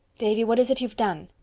davy, what is it you've done?